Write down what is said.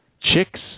Chicks